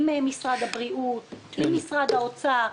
עם משרד הבריאות, עם משרד האוצר.